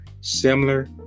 similar